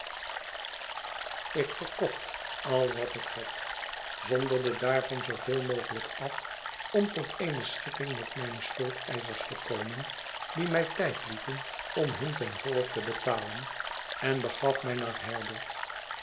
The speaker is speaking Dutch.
ik verkocht al wat ik had zonderde daarvan zooveel mogelijk af om tot eene schikking met mijne schuldeischers te komen die mij tijd lieten om hun ten voile te betalen en begaf mij naar herbert